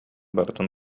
барытын